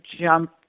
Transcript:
jump